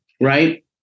Right